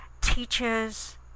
teachers